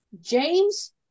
James